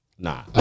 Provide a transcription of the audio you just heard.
Nah